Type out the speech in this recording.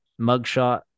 mugshot